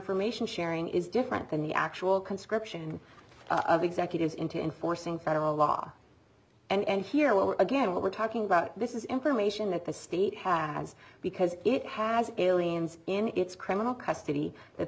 information sharing is different than the actual conscription of executives into enforcing federal law and here well again what we're talking about this is information that the state has because it has aliens in its criminal custody that